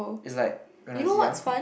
is like when I was young